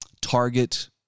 target